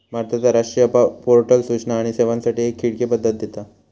भारताचा राष्ट्रीय पोर्टल सूचना आणि सेवांसाठी एक खिडकी पद्धत देता